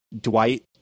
Dwight